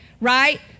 right